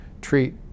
treat